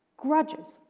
grudges,